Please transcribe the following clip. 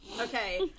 Okay